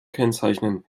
kennzeichnen